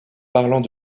parlant